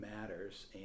matters